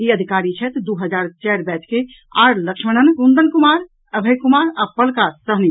ई अधिकारी छथि दू हजार चारि बैच के आर लक्ष्मणन कुंदन कुमार अभय कुमार आ पलका साहनी